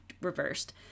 reversed